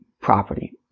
property